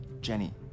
Jenny